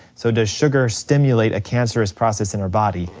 so does sugar stimulate a cancerous process in our body,